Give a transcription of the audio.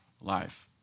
life